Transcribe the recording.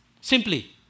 Simply